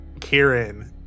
Kieran